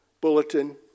bulletin